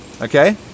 okay